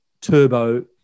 turbo